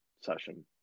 session